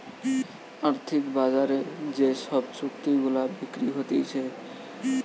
আর্থিক বাজারে যে সব চুক্তি গুলা বিক্রি হতিছে